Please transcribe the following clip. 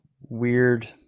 weird